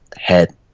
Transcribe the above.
head